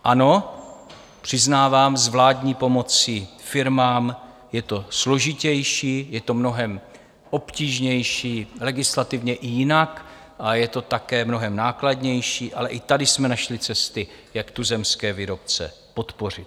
Ano, přiznávám, s vládní pomocí firmám je to složitější, je to mnohem obtížnější legislativně i jinak a je to také mnohem nákladnější, ale i tady jsme našli cesty, jak tuzemské výrobce podpořit.